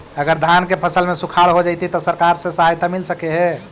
अगर धान के फ़सल में सुखाड़ होजितै त सरकार से सहायता मिल सके हे?